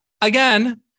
Again